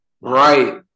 Right